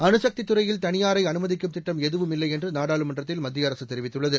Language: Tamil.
அணுகக்தி துறையில் தனியாரை அனுமதிக்கும் திட்டம் எதுவுமில்லை என்று நாடாளுமன்றத்தில் மத்திய அரசு தெரிவித்துள்ளது